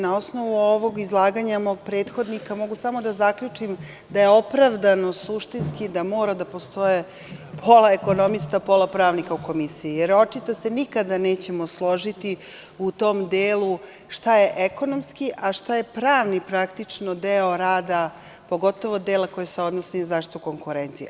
Na osnovu ovog izlaganja i mog prethodnika mogu samo da zaključim da je opravdano, suštinski da mora da postoje pola ekonomista, pola pravnika u komisiji, jer očito se nikada nećemo složiti u tom delu šta je ekonomski, a šta je pravni praktično deo rada, pogotovo dela koji se odnosi za zaštitu konkurencije.